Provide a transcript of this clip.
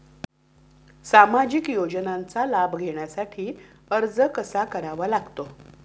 सामाजिक योजनांचा लाभ घेण्यासाठी अर्ज कसा करावा लागतो?